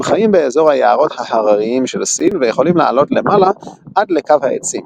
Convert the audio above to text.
הם חיים באזור היערות ההרריים של סין ויכולים לעלות למעלה עד לקו העצים.